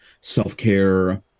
self-care